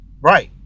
Right